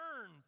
Turn